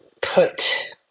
put